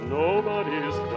nobody's